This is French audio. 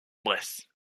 bresse